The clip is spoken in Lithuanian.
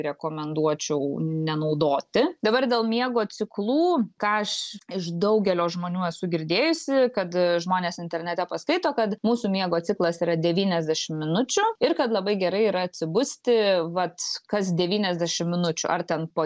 rekomenduočiau nenaudoti dabar dėl miego ciklų ką aš iš daugelio žmonių esu girdėjusi kad žmonės internete paskaito kad mūsų miego ciklas yra devyniasdešimt minučių ir kad labai gerai yra atsibusti vat kas devyniasdešimt minučių ar ten po